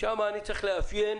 אני צריך לאפיין